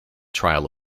trial